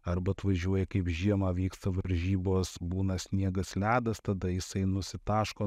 arba atvažiuoja kaip žiemą vyksta varžybos būna sniegas ledas tada jisai nusitaško